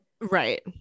right